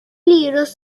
libros